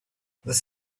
this